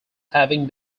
having